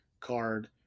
card